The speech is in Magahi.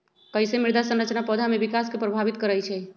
कईसे मृदा संरचना पौधा में विकास के प्रभावित करई छई?